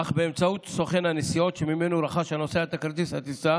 אך באמצעות סוכן הנסיעות שממנו רכש הנוסע את כרטיס הטיסה.